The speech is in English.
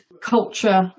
culture